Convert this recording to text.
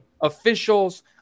officials